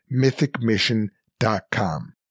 mythicmission.com